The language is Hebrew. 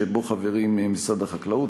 שבו חברים משרדי החקלאות,